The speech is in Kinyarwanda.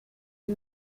ari